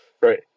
right